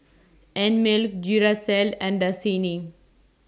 Einmilk Duracell and Dasani